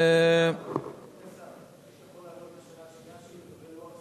לגבי השאלה שלי על,